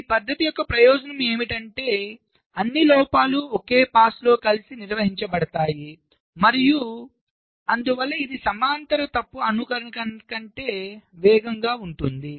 ఈ పద్ధతి యొక్క ప్రయోజనం ఏమిటంటే అన్ని లోపాలు ఒకే పాస్లో కలిసి నిర్వహించబడతాయి మరియు అందువల్ల ఇది సమాంతర తప్పు అనుకరణ కంటే వేగంగా ఉంటుంది